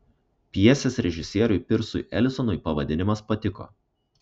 pjesės režisieriui pirsui elisonui pavadinimas patiko